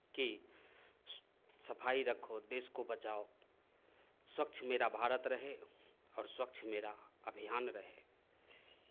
कि सफाई रखो देश को बचाओ स्वच्छ मेरा भारत रहे और स्वच्छ मेरा अभियान रहे